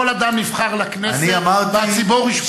כל אדם נבחר לכנסת והציבור ישפוט אותו.